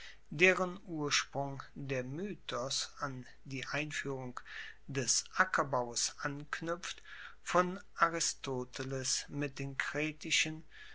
deren ursprung der mythus an die einfuehrung des ackerbaues anknuepft von aristoteles mit den kretischen